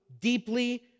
deeply